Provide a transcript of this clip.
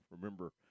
remember